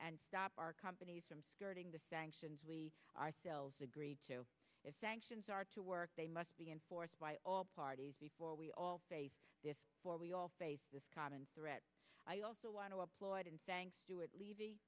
and stop our companies from skirting the sanctions we ourselves agreed to if sanctions are to work they must be enforced by all parties before we all face this before we all face this common threat i also want to applaud and thank stuart levy